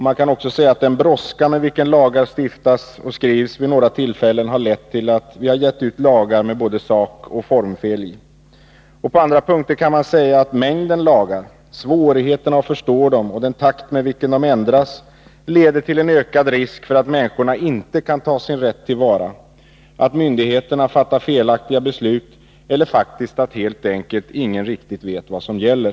Man kan också säga att den brådska med vilken lagar stiftas och skrivs vid några tillfällen har lett till att vi har gett ut lagar med både sakoch formfel i. På andra punkter kan man säga att mängden lagar, svårigheten att förstå dem och den takt med vilken de ändras leder till en ökad risk för att människorna inte kan ta sin rätt till vara, att myndigheterna fattar felaktiga beslut eller faktiskt att helt enkelt ingen riktigt vet vad som gäller.